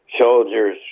soldiers